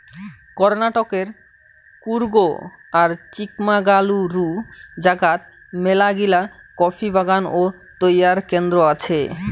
কর্ণাটকের কূর্গ আর চিকমাগালুরু জাগাত মেলাগিলা কফি বাগান ও তৈয়ার কেন্দ্র আছে